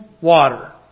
water